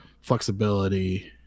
flexibility